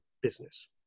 business